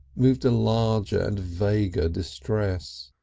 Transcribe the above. moved a larger and vaguer distress.